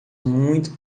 muito